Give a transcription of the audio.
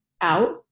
out